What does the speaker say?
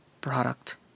product